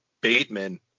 bateman